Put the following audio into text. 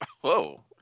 Whoa